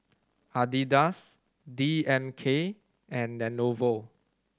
Adidas D M K and Lenovo